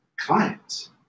Clients